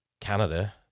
Canada